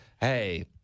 hey